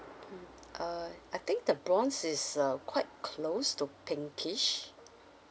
mm uh I think the bronze is uh quite close to pinkish